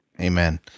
Amen